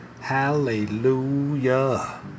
Hallelujah